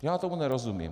Já tomu nerozumím.